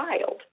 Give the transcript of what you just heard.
child